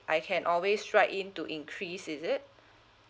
I can always write in to increase is it